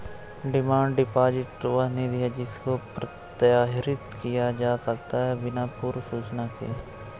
demand deposit वह निधि है जिसको प्रत्याहृत किया जा सकता है बिना पूर्व सूचना के